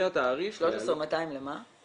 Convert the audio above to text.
זה התעריף -- 13,200 למה?